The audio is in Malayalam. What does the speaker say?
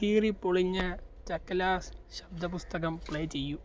കീറിപ്പൊളിഞ്ഞ ചക്കലാസ് ശബ്ദ പുസ്തകം പ്ലേ ചെയ്യൂ